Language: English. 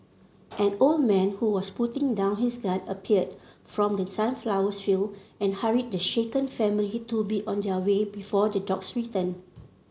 an old man who was putting down his gun appeared from the sunflowers field and hurried the shaken family to be on their way before the dogs return